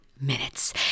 minutes